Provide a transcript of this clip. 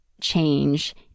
change